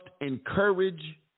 encourage